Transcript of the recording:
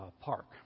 park